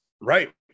right